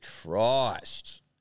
Christ